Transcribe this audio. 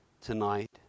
tonight